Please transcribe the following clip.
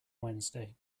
wednesday